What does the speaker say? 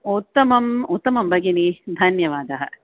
उत्तमम् उत्तमं भगिनि धन्यवादः